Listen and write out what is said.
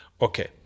Okay